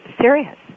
serious